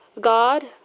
God